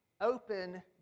open